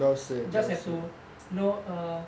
you just have to know err